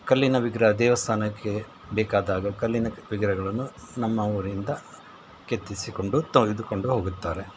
ಕಲ್ಲಿನ ವಿಗ್ರಹ ದೇವಸ್ಥಾನಕ್ಕೆ ಬೇಕಾದಾಗ ಕಲ್ಲಿನ ವಿಗ್ರಹಗಳನ್ನು ನಮ್ಮ ಊರಿಂದ ಕೆತ್ತಿಸಿಕೊಂಡು ತೆಗೆದುಕೊಂಡು ಹೋಗುತ್ತಾರೆ